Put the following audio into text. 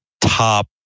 top